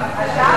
אז שעה